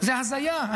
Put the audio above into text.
זאת הזיה.